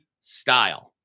style